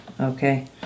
Okay